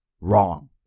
wrong